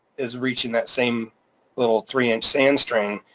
is reaching that same little three inch sand string,